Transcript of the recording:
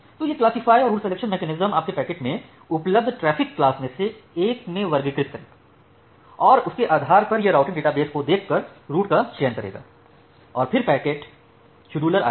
तो यह क्लासिफाय और रुट सिलेक्शन मैकेनिज्म आपके पैकेट को उपलब्ध ट्रैफ़िक क्लास में से एक में वर्गीकृत करेगा और फिर उसके आधार पर यह राउटिंग डेटाबेस को देखकर रुट का चयन करेगा और फिर आपका पैकेट शेड्यूलर आएगा